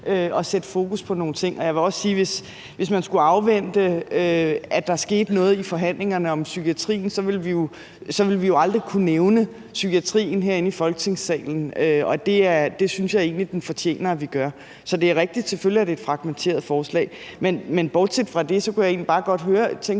at sætte fokus på nogle ting. Jeg vil også sige, at hvis man skulle afvente, at der skete noget i forhandlingerne om psykiatrien, så ville vi jo aldrig kunne nævne psykiatrien herinde i Folketingssalen, og det synes jeg egentlig den fortjener at vi gør. Så det er selvfølgelig rigtigt, at det er et fragmenteret forslag. Bortset fra det kunne jeg egentlig bare godt tænke